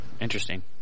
Interesting